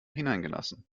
hineingelassen